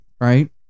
right